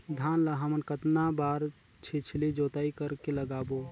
धान ला हमन कतना बार छिछली जोताई कर के लगाबो?